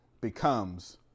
becomes